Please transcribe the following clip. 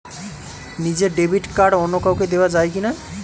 নিজের debit card অন্য কাউকে দেওয়া যায় কি না?